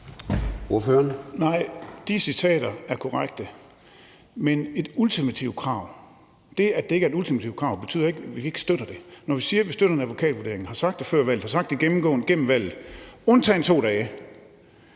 Nej, de citater er korrekte. Men det, at det ikke er et ultimativt krav, betyder ikke, at vi ikke støtter det. Når vi siger, at vi støtter en advokatvurdering, og har sagt det før valget og har sagt det gennemgående i valgkampen – undtagen 2 dage,